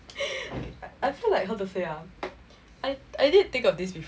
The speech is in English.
I feel like how to say ah I I did think of this before